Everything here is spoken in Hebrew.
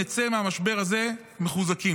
נצא מהמשבר מחוזקים.